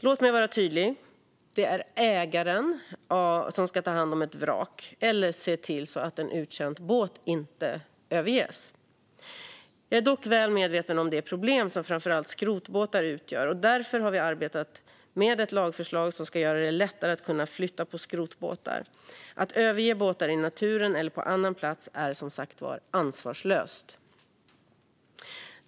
Låt mig vara tydlig: Det är ägaren som ska ta hand om ett vrak eller se till att en uttjänt båt inte överges. Jag är dock väl medveten om det problem som framför allt skrotbåtar utgör, och därför har vi arbetat med ett lagförslag som ska göra det lättare att kunna flytta på skrotbåtar. Att överge båtar i naturen eller på annan plats är, som sagt, ansvarslöst.